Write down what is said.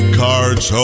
cards